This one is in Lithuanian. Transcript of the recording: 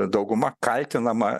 dauguma kaltinama